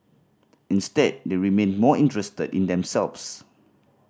instead they remained more interested in themselves